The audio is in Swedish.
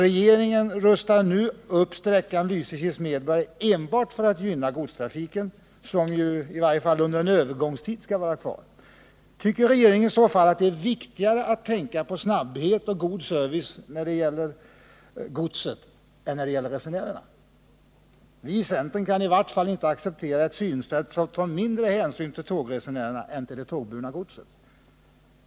Regeringen rustar nu upp sträckan Lysekil-Smedberg enbart för att gynna godstrafiken som ju — i varje fall under en övergångstid — skall vara kvar. Tycker regeringen i så fall att det är viktigare att tänka på snabbhet och god service när det gäller gods än när det gäller resenärer? Vi i centern kan i varje fall inte acceptera ett synsätt, som tar mindre hänsyn till tågresenärerna än till det tågburna godset.